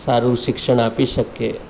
સારું શિક્ષણ આપી શકીએ